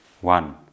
one